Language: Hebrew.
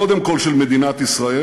קודם כול של מדינת ישראל,